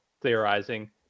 theorizing